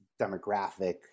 demographic